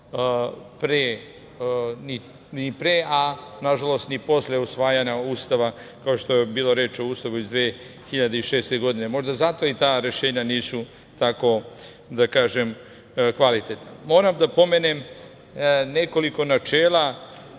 ni pre, a nažalost ni posle usvajanja Ustava, kao što je bila reč o Ustavu iz 2006. godine. Možda zato i ta rešenja nisu tako kvalitetna. Moram da pomenem nekoliko načela